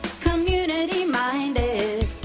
community-minded